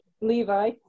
Levi